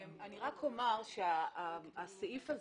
אני רק אומר שהסעיף הזה,